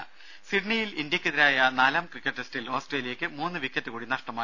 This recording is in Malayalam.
രും സിഡ്നിയിൽ ഇന്ത്യയ്ക്കെതിരായ നാലാം ക്രിക്കറ്റ് ടെസ്റ്റിൽ ഓസ്ട്രേലിയക്ക് മൂന്ന് വിക്കറ്റ് കൂടി നഷ്ടമായി